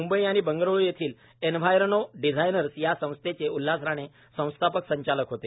मुंबई आणि बंगळ्रुयेथील enviro designers या संस्थेचे उल्हास राणे संस्थापक संचालक होते